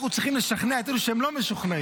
אנחנו צריכים לשכנע את אלה שהם לא משוכנעים,